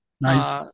nice